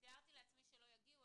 תיארתי לעצמי שלא יגיעו.